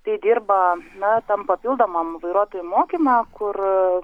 tai dirba na tam papildomam vairuotojų mokyme kur